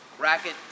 Racket